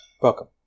Welcome